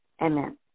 Amen